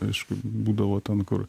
aišku būdavo ten kur